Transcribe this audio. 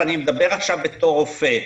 ואני מדבר עכשיו בתור רופא.